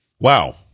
Wow